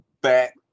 back